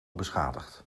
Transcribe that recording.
beschadigd